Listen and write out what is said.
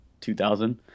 2000